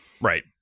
Right